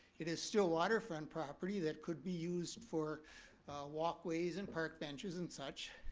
it is still waterfront property that could be used for walkways and park benches and such.